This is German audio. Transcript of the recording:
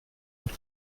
und